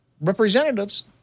representatives